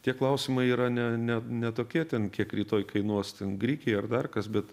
tie klausimai yra ne ne ne tokie ten kiek rytoj kainuos ten grikiai ar dar kas bet